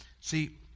See